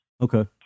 Okay